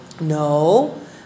No